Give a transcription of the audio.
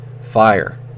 fire